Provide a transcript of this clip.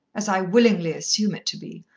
as i willingly assume it to be,